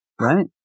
Right